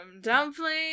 dumplings